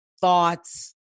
thoughts